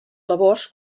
labors